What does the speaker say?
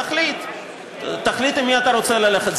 תחליט עם מי אתה רוצה ללכת.